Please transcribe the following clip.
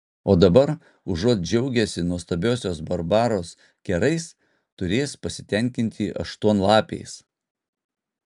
o dabar užuot džiaugęsi nuostabiosios barbaros kerais turės pasitenkinti aštuonlapiais